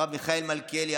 הרב מיכאל מלכיאלי,